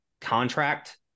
contract